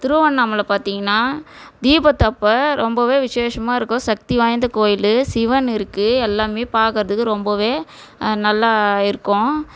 திருவண்ணாமலை பார்த்தீங்கன்னா தீபத்தப்ப ரொம்பவே விஷேஷமாக இருக்கும் சக்தி வாய்ந்த கோயில் சிவன் இருக்குது எல்லாமே பார்க்கறதுக்கு ரொம்போவே நல்லா இருக்கும்